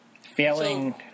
Failing